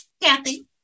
kathy